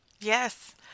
Yes